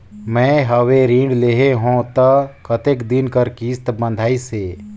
मैं हवे ऋण लेहे हों त कतेक दिन कर किस्त बंधाइस हे?